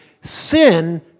sin